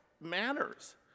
manners